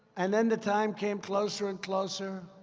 and then the time came closer and closer,